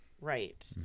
Right